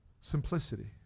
Simplicity